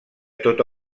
tota